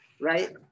right